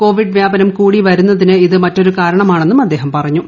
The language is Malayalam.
കോവിഡ് വ്യാപനം കൂടിവരുന്നതും ഇതിനു മറ്റൊരു കാരണമാണ്ടെട്ടുന്നും അദ്ദേഹം പറഞ്ഞു